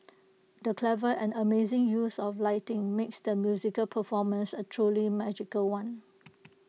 the clever and amazing use of lighting makes the musical performance A truly magical one